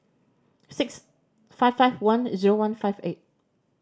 six five five one zero one five eight